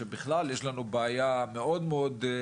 שם בכלל יש לנו בעיה מאוד גדולה,